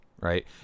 right